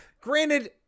granted